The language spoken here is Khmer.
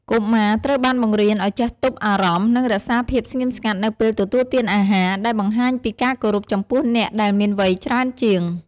កុមារត្រូវបានបង្រៀនឱ្យចេះទប់អារម្មណ៍ និងរក្សាភាពស្ងៀមស្ងាត់នៅពេលទទួលទានអាហារ ដែលបង្ហាញពីការគោរពចំពោះអ្នកដែលមានវ័យច្រើនជាង។